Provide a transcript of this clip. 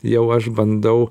jau aš bandau